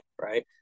right